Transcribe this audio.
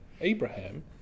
Abraham